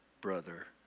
brother